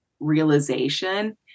realization